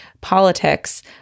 politics